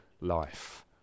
life